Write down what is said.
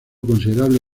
considerable